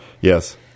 Yes